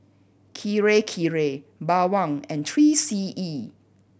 Kirei Kirei Bawang and Three C E